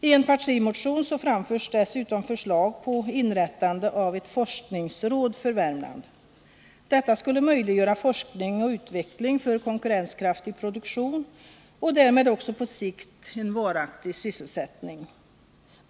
Ien partimotion framförs dessutom förslag på inrättande av ett forskningsråd för Värmland. Detta skulle möjliggöra forskning och utveckling för konkurrenskraftig produktion och därmed också på sikt varaktig sysselsättning.